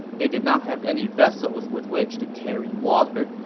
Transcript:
they did not have any vessels with which to carry water,